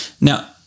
Now